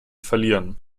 verlieren